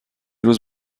روز